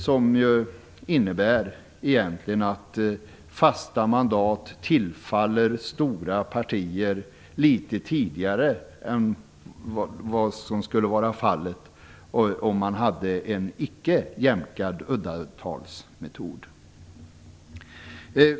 Det innebär egentligen att fasta mandat tillfaller stora partier litet tidigare än vad som skulle vara fallet om man använde en icke jämkad uddatalsmetod.